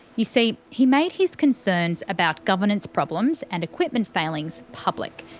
you see he made his concerns about governance problems and equipment failings public.